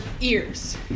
ears